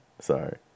Sorry